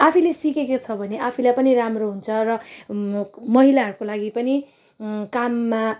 आफैले सिकेको छ भने आफैलाई पनि राम्रो हुन्छ र म् महिलाहरूको लागि पनि काममा